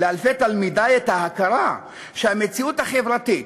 לאלפי תלמידי את ההכרה שהמציאות החברתית,